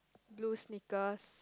blue sneakers